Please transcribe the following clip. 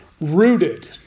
rooted